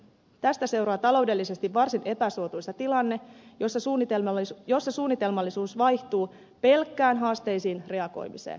tästä seuraa taloudellisesti varsin epäsuotuisa tilanne jossa suunnitelmallisuus vaihtuu pelkkään haasteisiin reagoimiseen